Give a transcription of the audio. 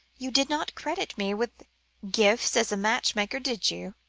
you did not credit me with gifts as a matchmaker, did you?